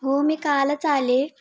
हो मी कालच आले